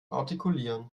artikulieren